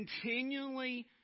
continually